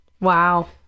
Wow